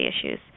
issues